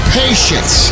patience